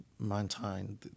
maintain